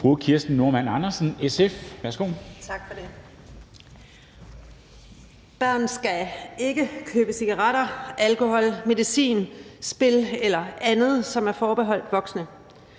Kirsten Normann Andersen (SF): Tak for det. Børn skal ikke købe cigaretter, alkohol, medicin, spil eller andet, som er forbeholdt voksne.